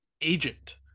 agent